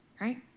right